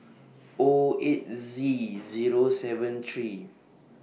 O eight Z Zero seven three